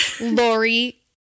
Lori